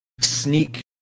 sneak